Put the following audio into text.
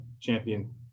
champion